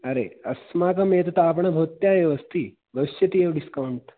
अरे अस्माकमेतदापण् भवत्याः एव अस्ति भविष्यति एव डिस्कौण्ट्